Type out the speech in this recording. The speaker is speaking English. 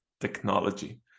technology